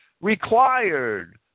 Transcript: required